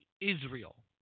Israel